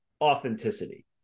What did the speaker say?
authenticity